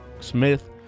smith